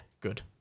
good